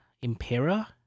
impera